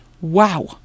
Wow